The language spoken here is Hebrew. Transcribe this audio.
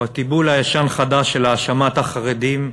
הוא התיבול הישן-חדש של האשמת החרדים,